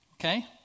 Okay